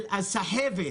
הסחבת,